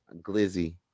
Glizzy